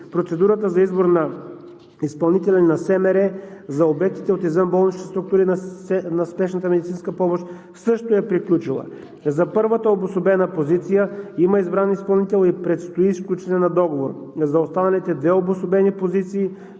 Процедурата за избор на изпълнители на строително-монтажни работи за обектите от извънболничните структури на спешната медицинска помощ също е приключила. За първата обособена позиция има избран изпълнител и предстои сключване на договор. За останалите две обособени позиции